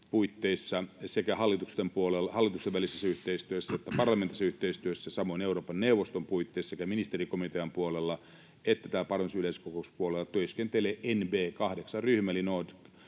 puolella, hallitusten välisessä yhteistyössä että parlamentaarisessa yhteistyössä — samoin Euroopan neuvoston puitteissa — sekä ministerikomitean puolella että täällä parlamentaarisen yleiskokouksen puolella — työskentelee NB8-ryhmä eli